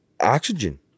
oxygen